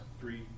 three